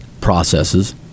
processes